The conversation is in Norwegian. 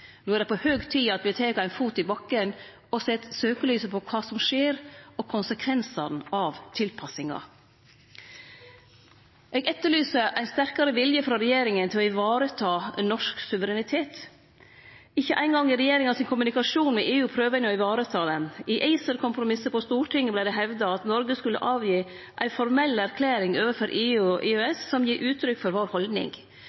No er det på høg tid at me tek ein fot i bakken og set søkjelyset på kva som skjer, og konsekvensane av tilpassinga. Eg etterlyser ein sterkare vilje frå regjeringa til å vareta norsk suverenitet. Ikkje eingong i regjeringa sin kommunikasjon med EU prøver ein å vareta han. I ACER-kompromisset på Stortinget vart det hevda at Noreg skulle kome med «en formell erklæring overfor